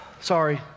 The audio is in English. Sorry